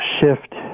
shift